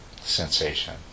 sensation